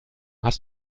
hast